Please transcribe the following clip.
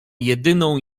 jedyną